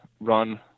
run